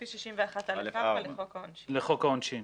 סעיף 61א(כא) לחוק העונשין.